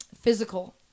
physical